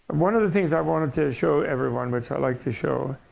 one of the things i wanted to show everyone, which i like to show,